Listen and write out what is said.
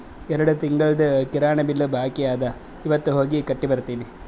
ಎರಡು ತಿಂಗುಳ್ದು ಕಿರಾಣಿ ಬಿಲ್ ಬಾಕಿ ಅದ ಇವತ್ ಹೋಗಿ ಕಟ್ಟಿ ಬರ್ತಿನಿ